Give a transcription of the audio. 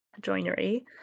joinery